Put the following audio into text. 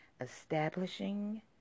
Establishing